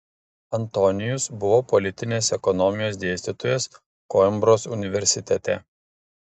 antonijus buvo politinės ekonomijos dėstytojas koimbros universitete